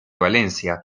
valencia